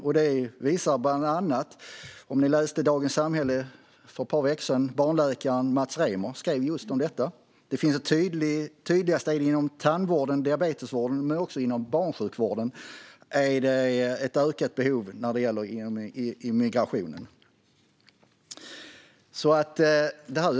Just det skrev barnläkaren Mats Reimer om i Dagens Samhälle för ett par veckor sedan. Tydligast är det inom tandvården och diabetesvården. Men också inom barnsjukvården har immigrationen lett till ett ökat behov.